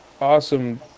awesome